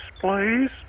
please